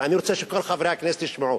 ואני רוצה שכל חברי הכנסת ישמעו.